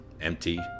empty